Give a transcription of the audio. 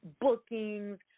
bookings